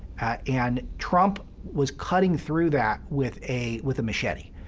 and trump was cutting through that with a with a machete.